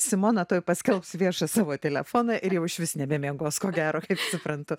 simona tuoj paskelbs viešą savo telefoną ir jau išvis nebemiegos ko gero kaip suprantu